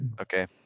Okay